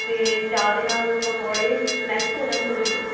ਅਤੇ ਚਾਹ ਦੇ ਨਾਲ ਪਕੌੜੇ ਸਨੈਕਸ ਹੋ ਜਾਣ ਥੋੜ੍ਹੇ ਜਿਹੇ